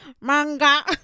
manga